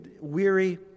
weary